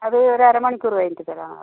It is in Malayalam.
അത് ഒര് അരമണിക്കൂറ് കഴിഞ്ഞിട്ട് തരാമെന്ന് പറഞ്ഞു